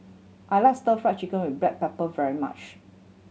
I like Stir Fry Chicken with black pepper very much